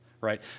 right